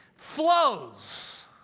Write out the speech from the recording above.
flows